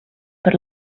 per